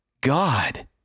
God